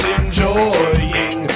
enjoying